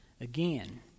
again